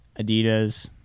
Adidas